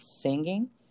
singing